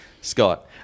Scott